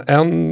en